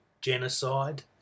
genocide